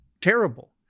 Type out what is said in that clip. Terrible